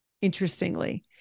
interestingly